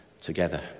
together